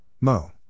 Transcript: Mo